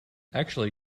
actually